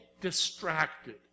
distracted